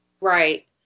right